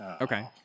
Okay